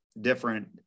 different